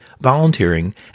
volunteering